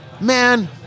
Man